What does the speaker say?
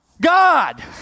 God